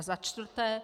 Za čtvrté.